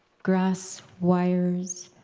grass wires,